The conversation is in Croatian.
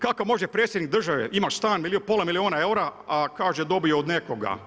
Kako može predsjednik države imat stan pola milijuna eura, a kaže dobio od nekoga.